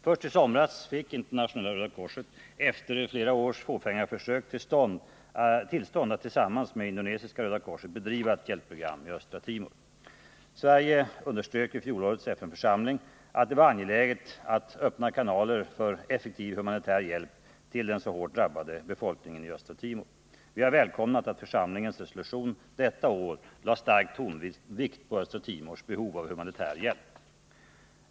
Först i somras fick Internationella röda korset efter flera års fåfänga försök tillstånd att tillsammans med Indonesiska röda korset bedriva ett hjälpprogram i Östra Timor. Sverige underströk i fjolårets FN-församling att det var angeläget att öppna kanaler för effektiv humanitär hjälp till den så hårt drabbade befolkningen i Östra Timor. Vi har välkomnat att församlingens resolution detta år lade stark tonvikt på Östra Timors behov av humanitär hjälp.